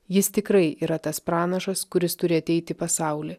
jis tikrai yra tas pranašas kuris turi ateiti į pasaulį